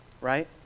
right